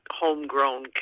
homegrown